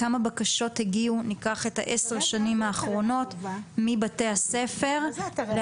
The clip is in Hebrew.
כמה בקשות הגיעו ב-10 השנים האחרונות מבתי הספר -- מה זה אתרי חובה?